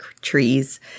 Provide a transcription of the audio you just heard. trees